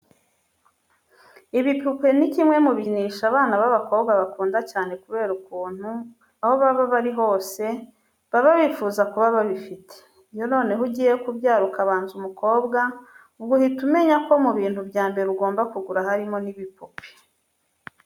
Ibipupe ni kimwe mu bikinisho abana b'abakobwa bakunda cyane kubera ukuntu aho baba bari hose baba bifuza kuba babifite. Iyo noneho ugiye kubyara ukabanza umukobwa, ubwo uhita umenya ko mu bintu bya mbere ugomba kugura harimo n'ibipupe.